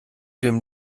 dem